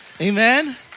Amen